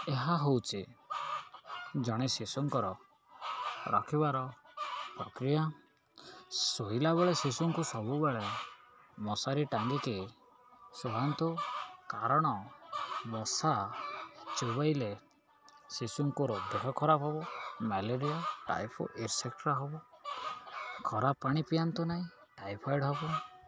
ଏହା ହେଉଛି ଜଣେ ଶିଶୁଙ୍କର ରଖିବାର ପ୍ରକ୍ରିୟା ଶୋଇଲା ବେଳେ ଶିଶୁଙ୍କୁ ସବୁବେଳେ ମଶାରୀ ଟାଙ୍ଗିକି ଶୁଆନ୍ତୁ କାରଣ ମଶା ଚୋବେଇଲେ ଶିଶୁଙ୍କର ଦେହ ଖରାପ ହବ ମ୍ୟାଲେରିଆ ଟାଇଫଏଡ଼୍ ଏକ୍ସସେଟ୍ରା ହବ ଖରାପ ପାଣି ପିଆନ୍ତୁ ନାହିଁ ଟାଇଫଏଡ଼୍ ହବ